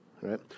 Right